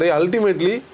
ultimately